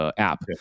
app